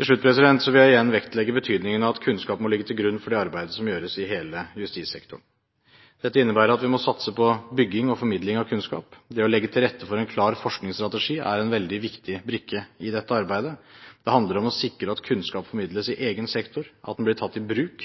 vil jeg igjen vektlegge betydningen av at kunnskap må ligge til grunn for det arbeidet som gjøres i hele justissektoren. Dette innebærer at vi må satse på bygging og formidling av kunnskap. Det å legge til rette for en klar forskningsstrategi er en veldig viktig brikke i dette arbeidet. Det handler om å sikre at kunnskap formidles i egen sektor, og at den blir tatt i bruk,